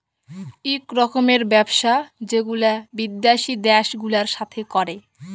ইক রকমের ব্যবসা যেগুলা বিদ্যাসি দ্যাশ গুলার সাথে ক্যরে